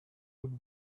would